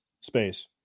space